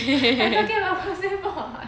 I'm talking about causeway point